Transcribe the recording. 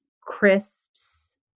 crisps